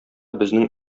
безнең